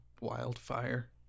wildfire